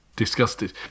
disgusted